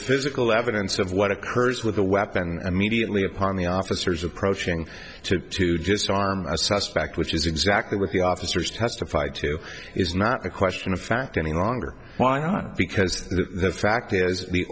physical evidence of what occurs with the weapon and mediately upon the officers approaching to to disarm a suspect which is exactly what the officers testified to is not a question of fact any longer why not because the fact is the